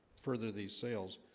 further these sales,